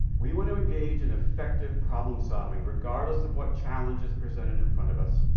we want to engage in effective problem-solving, regardless of what challenge is presented in front of us.